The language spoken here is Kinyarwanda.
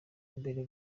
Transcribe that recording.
mbere